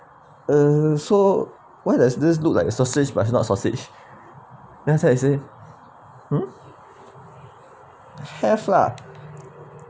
uh so why does this look like sausage but it's not sausage then after that I say hmm have lah